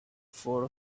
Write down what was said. for